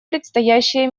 предстоящие